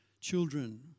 Children